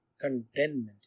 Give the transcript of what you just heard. contentment